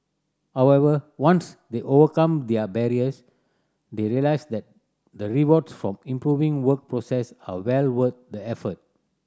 however once they overcome there barriers they realise that the rewards from improving work process are well worth the effort